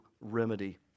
remedy